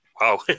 wow